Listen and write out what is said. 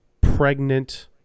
pregnant